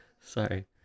sorry